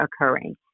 occurring